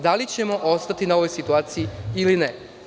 Da li ćemo ostati na ovoj situaciji ili ne?